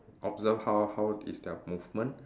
observe how how is their movement